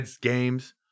games